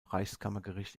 reichskammergericht